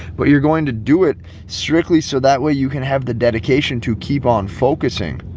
but you're going to do it strictly so that way you can have the dedication to keep on focusing.